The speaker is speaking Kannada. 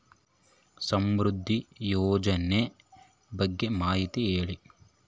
ಸಮೃದ್ಧಿ ಯೋಜನೆ ಬಗ್ಗೆ ಮಾಹಿತಿ ಹೇಳಿ?